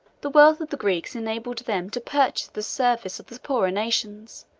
the wealth of the greeks enabled them to purchase the service of the poorer nations,